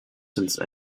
since